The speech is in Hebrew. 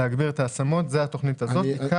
אני לא